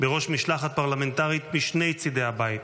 בראש משלחת פרלמנטרית משני צידי הבית.